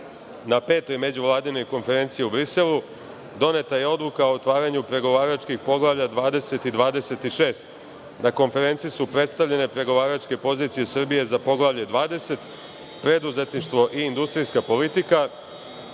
na Petoj međuvladinoj konferenciji u Briselu, doneta je Odluka o otvaranju pregovaračkih poglavlja 20. i 26. Na konferenciji su predstavljene pregovaračke pozicije Srbije za Poglavlje 20 -preduzetništvo i industrijska politika